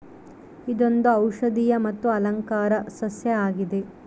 ಇದೊಂದು ಔಷದಿಯ ಮತ್ತು ಅಲಂಕಾರ ಸಸ್ಯ ಆಗಿದೆ